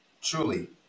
Truly